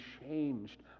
changed